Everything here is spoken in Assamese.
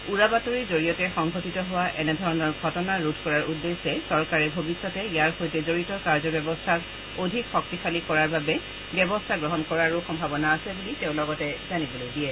উৰা বাতৰিৰ জৰিয়তে সংঘটিত হোৱা এনে ধৰণৰ ঘটনা ৰোধ কৰাৰ উদ্দেশ্যে চৰকাৰে ভৱিষ্যতে ইয়াৰ সৈতে জডিত কাৰ্যব্যৱস্থাক অধিক শক্তিশালী কৰাৰ বাবে ব্যৱস্থা গ্ৰহণ কৰাৰ সম্ভাৱনা আছে বুলিও তেওঁ লগতে জানিবলৈ দিয়ে